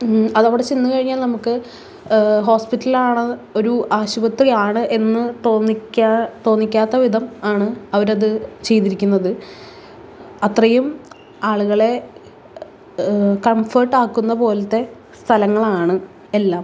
അതവിടെ ചെന്ന് കഴിഞ്ഞാൽ നമുക്ക് ഹോസ്പിറ്റലാണ് ഒരു ആശുപത്രിയാണ് എന്ന് തോന്നിക്കാത്ത തോന്നിക്കാത്ത വിധം ആണ് അവരത് ചെയ്തിരിക്കുന്നത് അത്രയും ആളുകളെ കംഫർട്ടാക്കുന്ന പോലത്തെ സ്ഥലങ്ങളാണ് എല്ലാം